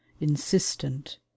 insistent